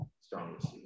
strongest